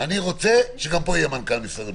אני רוצה שגם פה יהיה מנכ"ל משרד